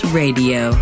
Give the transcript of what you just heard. radio